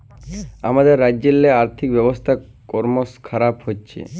আমাদের রাজ্যেল্লে আথ্থিক ব্যবস্থা করমশ খারাপ হছে